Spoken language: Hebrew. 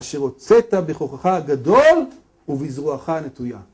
שהוצאת בכוחך הגדול ובזרועך הנטויה.